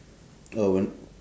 uh when